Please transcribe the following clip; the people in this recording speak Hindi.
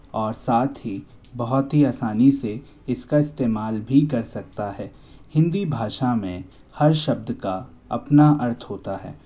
और साथ ही बहुत ही आसानी से इसका इस्तेमाल भी कर सकता है हिंदी भाषा में हर शब्द का अपना अर्थ होता है